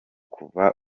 kuva